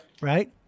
Right